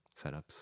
setups